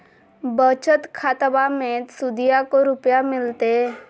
बचत खाताबा मे सुदीया को रूपया मिलते?